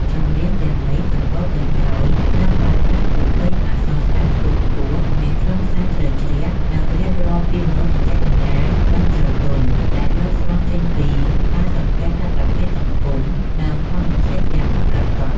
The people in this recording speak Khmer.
ចម្រៀងទាំងនេះសម្បូរទៅដោយការប្រើប្រាស់ពាក្យពេចន៍អក្សរសាស្ត្រខ្ពង់ខ្ពស់ មានខ្លឹមសារជ្រៅជ្រះ និងរៀបរាប់ពីមនោសញ្ចេតនាបែបស្រទន់ដែលដកស្រង់ចេញពីការសង្កេតតថភាពសង្គម និងធម្មជាតិយ៉ាងពិតប្រាកដ។